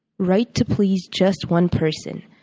write to please just one person.